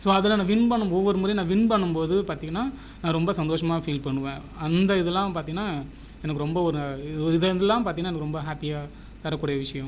so அதலால் நான் win பண்ணு ஒவ்வொரு முறையும் நான் வின் பண்ணும் போது பார்த்தீங்கனா நான் ரொம்ப சந்தோசமாக ஃபீல் பண்ணுவ அந்த இதில் பார்த்தீனா எனக்கு ரொம்ப ஒரு இதுலந்துலா பார்த்தீங்கனா ரொம்ப ஹாப்பி தரக்கூடிய விஷயம்